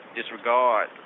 disregard